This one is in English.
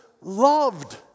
loved